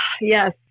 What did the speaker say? Yes